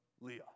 Leah